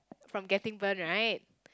from getting burnt right